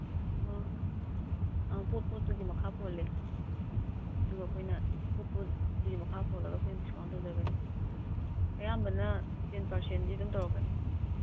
ꯑꯥ ꯑꯥ ꯄꯣꯠ ꯄꯣꯠꯇꯨꯒꯤ ꯃꯈꯥ ꯄꯣꯜꯂꯦ ꯑꯗꯨꯒ ꯑꯩꯈꯣꯏꯅ ꯄꯣꯠ ꯄꯣꯠꯇꯨꯒꯤ ꯃꯈꯥ ꯄꯣꯜꯂꯒ ꯑꯩꯈꯣꯏꯅ ꯗꯤꯁꯀꯥꯎꯟ ꯇꯧꯖꯒꯅꯤ ꯑꯌꯥꯝꯕꯅ ꯇꯦꯟ ꯄꯥꯔꯁꯦꯟꯗꯤ ꯑꯗꯨꯝ ꯇꯧꯔꯛꯀꯅꯤ